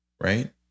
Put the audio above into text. Right